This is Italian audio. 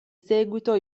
seguito